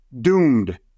Doomed